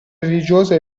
religiosa